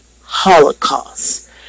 Holocaust